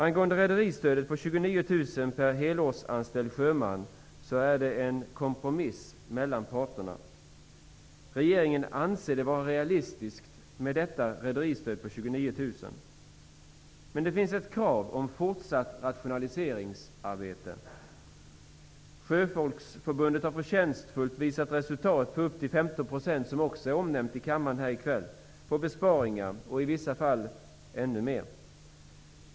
Rederistödet på 29 000 kr per helårsanställd sjöman är en kompromiss mellan parterna. Regeringen anser det vara realistiskt med detta rederistöd på 29 000 kr. Men det finns ett krav på fortsatt rationaliseringsarbete. Sjöfolksförbundet har på förtjänstfullt sätt gjort besparingar på upp till 15 %-- vilket har nämnts i kammaren i kväll -- och i vissa fall ännu mer.